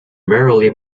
merely